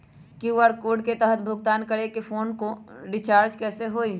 QR code के तहद भुगतान करके हम फोन रिचार्ज कैसे होई?